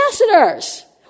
ambassadors